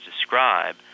describe